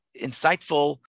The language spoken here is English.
insightful